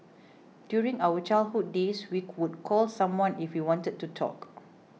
during our childhood days we would call someone if we wanted to talk